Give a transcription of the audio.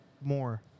more